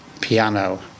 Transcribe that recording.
piano